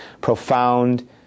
profound